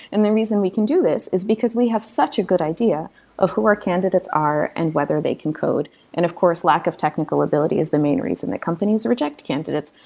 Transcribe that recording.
and the reason we can do this is because we have such a good idea of who our candidates are and whether they can code and of course, lack of technical ability is the main reason that companies reject candidates.